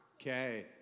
Okay